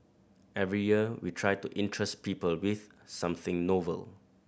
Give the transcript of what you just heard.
every year we try to interest people with something novel